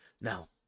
Now